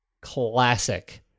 Classic